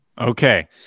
Okay